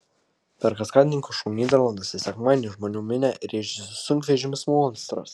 per kaskadininkų šou nyderlanduose sekmadienį į žmonų minią rėžėsi sunkvežimis monstras